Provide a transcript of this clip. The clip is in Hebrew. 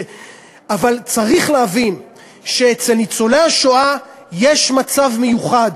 אבל צריך להבין שאצל ניצולי השואה יש מצב מיוחד.